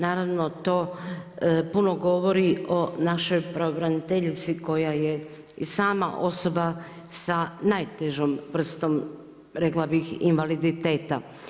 Naravno to puno govori o našoj pravobraniteljici koja je i sama osoba sa najtežom vrstom rekla bih invaliditeta.